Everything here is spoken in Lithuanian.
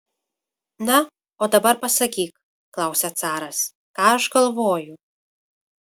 na o dabar pasakyk klausia caras ką aš galvoju